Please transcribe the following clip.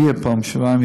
יהיה פעם בשבועיים.